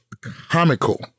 comical